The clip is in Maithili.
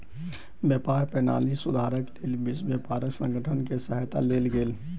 व्यापार प्रणाली सुधारक लेल विश्व व्यापार संगठन के सहायता लेल गेल